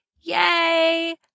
Yay